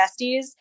besties